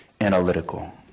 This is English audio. analytical